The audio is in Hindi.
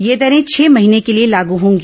ये दरें छह महीने के लिए लाग होंगी